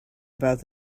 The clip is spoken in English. about